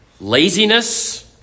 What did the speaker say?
laziness